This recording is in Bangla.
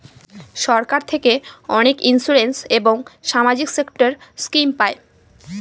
সরকার থেকে অনেক ইন্সুরেন্স এবং সামাজিক সেক্টর স্কিম পায়